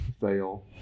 fail